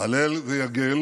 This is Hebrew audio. הלל ויגל